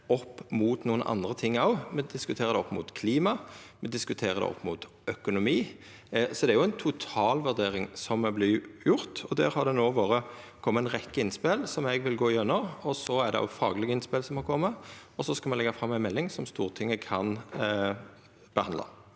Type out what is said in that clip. opp mot andre ting: Me diskuterer det opp mot klima, me diskuterer det opp mot økonomi. Det er ei totalvurdering som vert gjort, og der har det no kome ei rekkje innspel som eg vil gå igjennom. Det er òg faglege innspel som har kome. Så skal me leggja fram ei melding som Stortinget kan behandla.